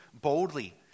boldly